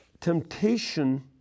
Temptation